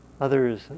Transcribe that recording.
Others